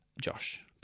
josh